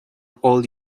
all